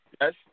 Yes